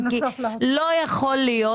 לא יכול להיות